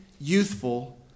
youthful